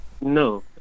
No